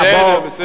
בסדר, בסדר.